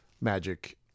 magic